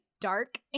dark